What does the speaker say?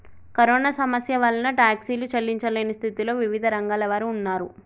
corona సమస్య వలన టాక్సీలు చెల్లించలేని స్థితిలో వివిధ రంగాల వారు ఉన్నారు